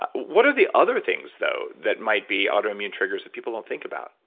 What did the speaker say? what are the other things though that might be autoimmune triggers that people don't think about?